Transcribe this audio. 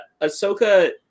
Ahsoka